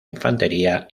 infantería